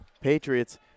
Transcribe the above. Patriots